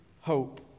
hope